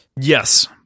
Yes